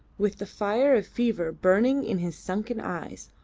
with the fire of fever burning in his sunken eyes,